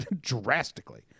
drastically